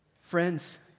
Friends